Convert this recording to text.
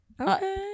Okay